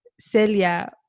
Celia